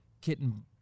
kitten